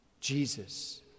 Jesus